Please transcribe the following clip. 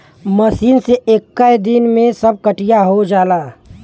machine से एक्के दिन में सब कटिया हो जाला